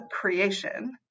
creation